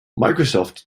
microsoft